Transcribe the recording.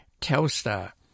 Telstar